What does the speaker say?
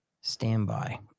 standby